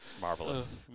Marvelous